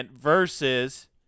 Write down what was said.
versus